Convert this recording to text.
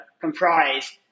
comprise